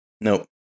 nope